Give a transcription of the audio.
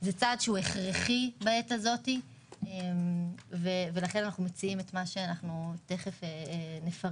זה צעד הכרחי בעת הזו ולכן אנחנו מציעים את מה שתכף נפרט.